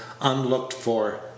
unlooked-for